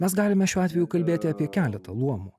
mes galime šiuo atveju kalbėti apie keletą luomų